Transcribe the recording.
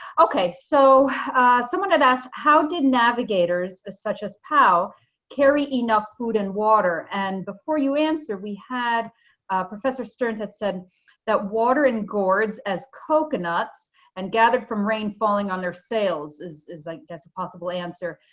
okay, so someone had asked how did navigators such as pow carry enough food and water? and before you answer, we had professor stearns had said that water and gourds as coconuts and gathered from rain, falling on their sales is is i guess a possible answer.